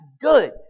good